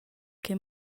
che